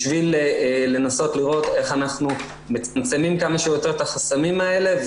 בשביל לנסות לראות איך אנחנו מסיימים כמה שיותר את החסמים האלה,